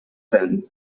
then